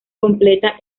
completa